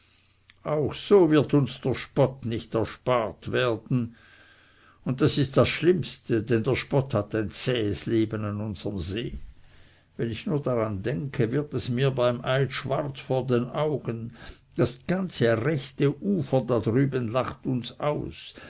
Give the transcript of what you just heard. auch so wird uns der spott nicht erspart werden und das ist das schlimmste denn der spott hat ein zähes leben an unserm see wenn ich nur dran denke wird es mir beim eid schwarz vor den augen das ganze rechte ufer da drüben lacht uns aus